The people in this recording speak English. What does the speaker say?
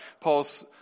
Paul's